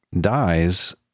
dies